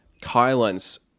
Kylan's